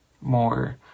more